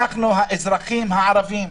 אנחנו האזרחים הערבים,